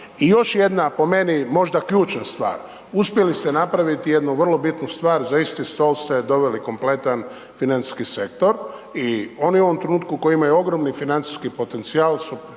I još jedna po meni možda ključna stvar. Uspjeli ste napraviti jednu vrlo bitnu stvar, za isti stol ste doveli kompletan financijski sektor i oni u ovom trenutku koji imaju ogromni financijski potencijal su